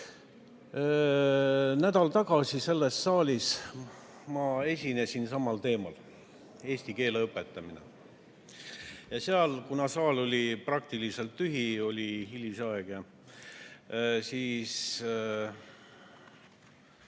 Nädal tagasi selles saalis ma esinesin samal teemal – eesti keele õpetamine. Saal oli praktiliselt tühi, oli hiline aeg.